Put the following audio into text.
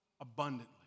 abundantly